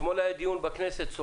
אתמול היה דיון סוער בכנסת.